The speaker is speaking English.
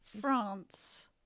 France